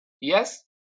Yes